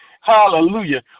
hallelujah